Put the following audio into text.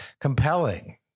compelling